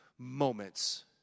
Moments